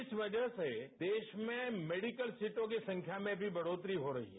इस वजह से देश में मेडिकल सीटों की संख्या में भी बढ़ोतरी हो रही है